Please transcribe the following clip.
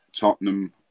Tottenham